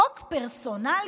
חוק פרסונלי.